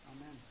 Amen